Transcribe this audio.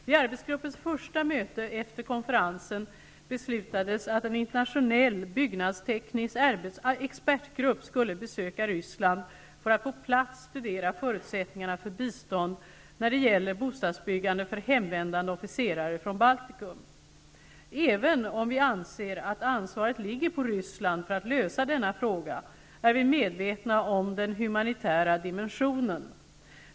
Vid arbetsgruppens första möte efter konferensen beslutades att en internationell byggnadsteknisk expertgrupp skulle besöka Ryssland för att på plats studera förutsättningarna för bistånd när det gäller bostadsbyggande för hemvändande officerare från Även om vi anser att ansvaret ligger på Ryssland för att lösa denna fråga är vi medvetna om den humanitära dimensionen.